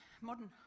modern